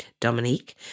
Dominique